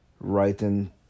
writing